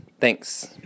Thanks